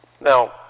Now